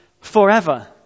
forever